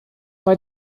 bei